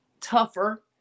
tougher